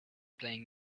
playing